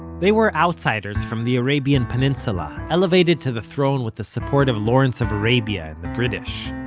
they were outsiders from the arabian peninsula, elevated to the throne with the support of lawrence of arabia and the british.